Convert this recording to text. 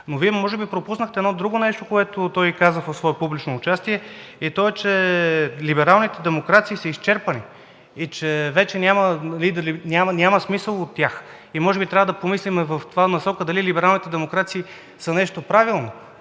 но Вие може би пропуснахте едно друго нещо, което той каза в свое публично участие, и то е, че либералните демокрации са изчерпани, че вече няма лидери, няма смисъл от тях. Може би трябва да помислим в тази насока дали либералните демокрации са нещо правилно.